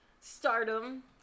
stardom